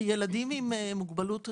כי ילדים עם מוגבלות ראייה,